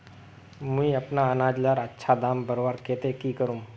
मुई अपना अनाज लार अच्छा दाम बढ़वार केते की करूम?